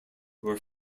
were